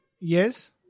Yes